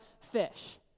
fish